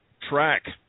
track